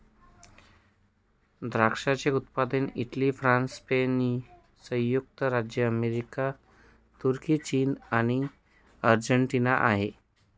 द्राक्षाचे उत्पादक Italy, France, Spain, संयुक्त राज्य अमेरिका, तुर्की, चीन आणि अर्जेंटिना आहे